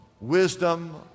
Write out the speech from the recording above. wisdom